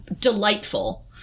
delightful